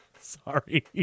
Sorry